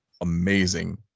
amazing